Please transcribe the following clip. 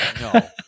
no